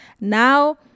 now